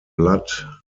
blatt